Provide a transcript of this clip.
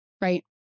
Right